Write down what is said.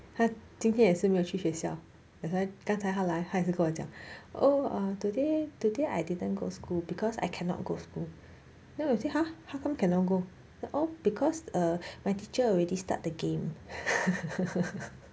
他今天也是没有去学校 that's why 刚才他来他也是跟我讲 oh err today today I didn't go school because I cannot go school then I say !huh! how come cannot go oh because err my teacher already start the game